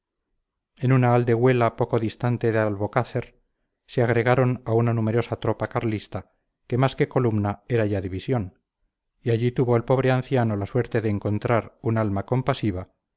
en una aldehuela poco distante de albocácer se agregaron a una numerosa tropa carlista que más que columna era ya división y allí tuvo el pobre anciano la suerte de encontrar un alma compasiva